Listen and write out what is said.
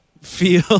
feel